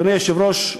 אדוני היושב-ראש,